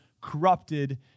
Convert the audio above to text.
corrupted